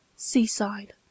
seaside